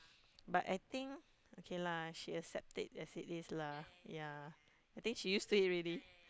but I think okay lah she accept it as it is lah ya I think she used to it already